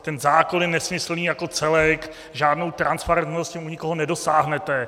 Ten zákon je nesmyslný jako celek, žádnou transparentnost u nikoho nedosáhnete.